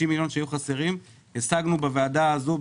המיליון שהיו חסרים השגנו בוועדה הזאת,